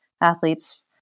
athletes